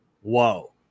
whoa